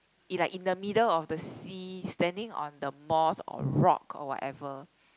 it like in the middle of the sea standing on the moss or rock or whatever